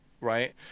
right